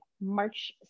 March